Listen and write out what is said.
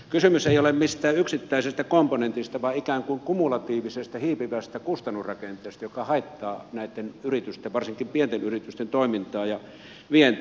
kysymys ei ole mistään yksittäisestä komponentista vaan ikään kuin kumulatiivisesta hiipivästä kustannusrakenteesta joka haittaa näitten yritysten varsinkin pienten yritysten toimintaa ja vientiä